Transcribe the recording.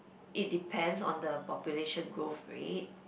it depends on the population growth rate